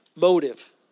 motive